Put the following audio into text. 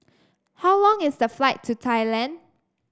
how long is the flight to Thailand